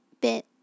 bit